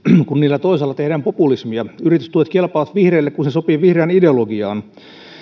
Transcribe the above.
kun niillä toisaalla tehdään populismia yritystuet kelpaavat vihreille kun se sopii vihreään ideologiaan